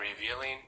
revealing